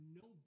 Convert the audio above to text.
no